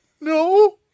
no